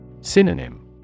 Synonym